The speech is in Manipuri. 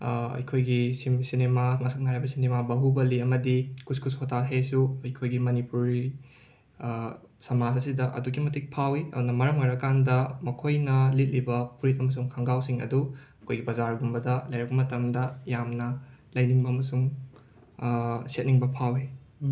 ꯑꯩꯈꯣꯏꯒꯤ ꯁꯤꯝ ꯁꯤꯅꯦꯃꯥ ꯃꯁꯛ ꯅꯥꯏꯔꯕ ꯁꯤꯅꯃꯥ ꯕꯍꯨꯕꯂꯤ ꯑꯃꯗꯤ ꯀꯨꯁ ꯀꯨꯁ ꯍꯣꯇꯥ ꯍꯦꯁꯨ ꯑꯩꯈꯣꯏꯒꯤ ꯃꯅꯤꯄꯨꯔꯤ ꯁꯃꯥꯖ ꯑꯁꯤꯗ ꯑꯗꯨꯛꯀꯤ ꯃꯇꯤꯛ ꯐꯥꯎꯏ ꯑꯩꯅ ꯃꯔꯝ ꯑꯣꯏꯔꯀꯥꯟꯗ ꯃꯈꯣꯏꯅ ꯂꯤꯠꯂꯤꯕ ꯐꯨꯔꯤꯠ ꯑꯃꯁꯨꯡ ꯈꯪꯒꯥꯎꯁꯤꯡ ꯑꯗꯨ ꯑꯩꯈꯣꯏ ꯕꯖꯥꯔꯒꯨꯝꯕꯗ ꯂꯩꯔꯛ ꯃꯇꯝꯗ ꯌꯥꯝꯅ ꯂꯩꯅꯤꯡꯕ ꯑꯃꯁꯨꯡ ꯁꯦꯠꯅꯤꯡꯕ ꯐꯥꯎꯋꯤ